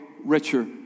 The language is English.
richer